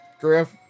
Griff